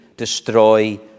destroy